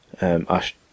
Ash